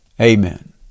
Amen